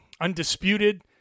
undisputed